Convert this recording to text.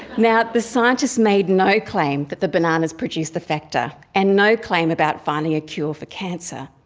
now, the scientists made no claim that the bananas produced the factor and no claim about finding a cure for cancer.